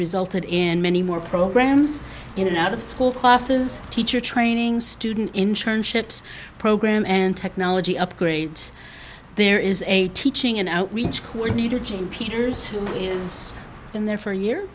resulted in many more programs in and out of school classes teacher training student internships program and technology upgrades there is a teaching and outreach coordinator jean peters who is in there for a year